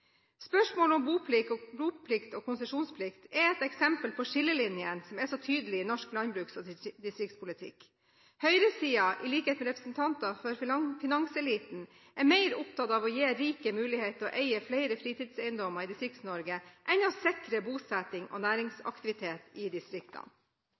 Spørsmålet om boplikt og konsesjonsplikt er et eksempel på skillelinjene som er så tydelige i norsk landbruks- og distriktspolitikk. Høyresiden – i likhet med representanter for finanseliten – er mer opptatt av å gi rike mulighet til å eie flere fritidseiendommer i Distrikts-Norge, enn å sikre bosetting og